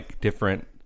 different